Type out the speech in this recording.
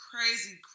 crazy